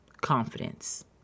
Confidence